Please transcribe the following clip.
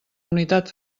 unitat